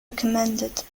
recommended